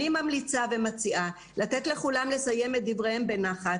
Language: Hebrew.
אני ממליצה ומציעה לתת לכולם לסיים את דבריהם בנחת,